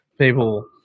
People